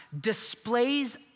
displays